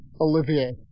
olivier